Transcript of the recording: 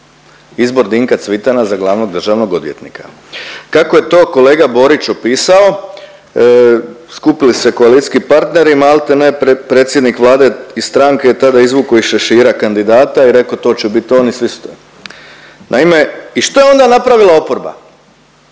izbor Dinka Cvitana za glavnog državnog odvjetnika. Kako je to kolega Borić opisao, skupili se koalicijski partneri i malte ne predsjednik Vlade i stranke je tada izvukao iz šešira kandidata i reko to će bit on i svi su…/Govornik se ne razumije./…. Naime, i šta je onda napravila oporba?